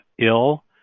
ill